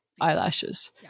eyelashes